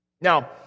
Now